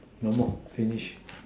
no more finish